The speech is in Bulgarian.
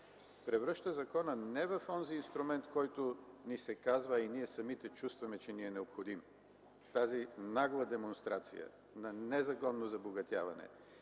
превръща закона не в онзи инструмент, който ни се казва, а и ние самите чувстваме, че ни е необходим. Тази нагла демонстрация на незаконно забогатяване,